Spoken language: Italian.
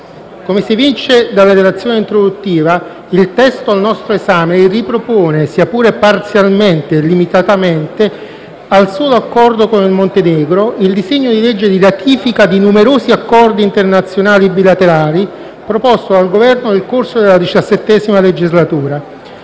Come si evince dalla relazione introduttiva, il testo al nostro esame ripropone, sia pure parzialmente e limitatamente al solo Accordo con il Montenegro, il disegno di legge di ratifica di numerosi accordi internazionali bilaterali proposto dal Governo nel corso della XVII legislatura